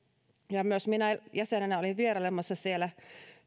ja myös minä jäsenenä olin vierailemassa siellä